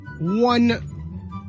one